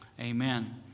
amen